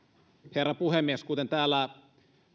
herra puhemies kuten täällä